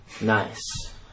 Nice